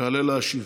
יעלה להשיב.